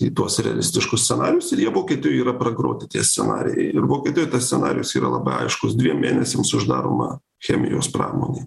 į tuos realistiškus scenarijus ir jie vokietijoj yra pragroti tie scenarijai ir vokietijoj tas scenarijus yra labai aiškus dviem mėnesiams uždaroma chemijos pramonė